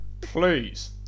Please